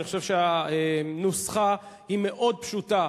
אני חושב שהנוסחה היא מאוד פשוטה,